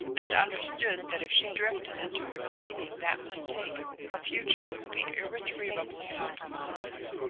and understood that if she drifted into repeating that mistake her future would be irretrievably compromised.